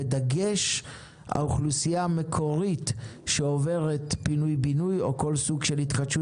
בדגש על האוכלוסייה המקורית שעוברת פינוי-בינוי או כל סוג של התחדשות